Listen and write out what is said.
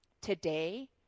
Today